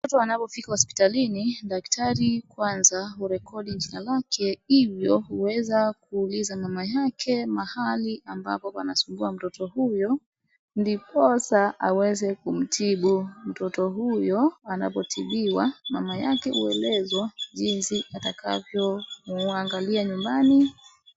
Mtoto anapofika hospitalini, daktari kwanza hurekodi jina lake, hivyo huweza kuuliza mama yake mahali ambapo panasumbua mtoto huyo, ndiposa aweze kumtibu mtoto huyo. Anapotibiwa mama yake huelezwa jinsi atakavyo muangalia nyumbani.